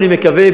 אני מקווה,